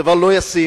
שזה דבר לא ישים,